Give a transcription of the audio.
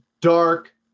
dark